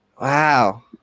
Wow